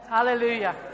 Hallelujah